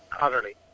utterly